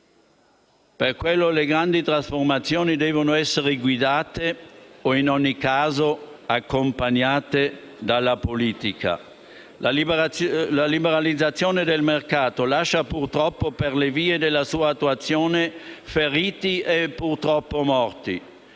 perché le grandi trasformazioni devono essere guidate, o in ogni caso accompagnate dalla politica. La liberalizzazione del mercato lascia purtroppo per le vie della sua attuazione feriti e morti,